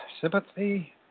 sympathy